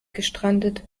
gestrandet